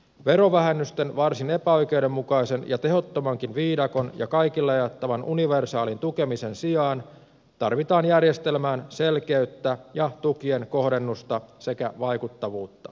verovähennysten varsin epäoikeudenmukaisen ja tehottomankin viidakon ja kaikille jaettavan universaalin tukemisen sijaan tarvitaan järjestelmään selkeyttä ja tukien kohdennusta sekä vaikuttavuutta